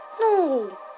No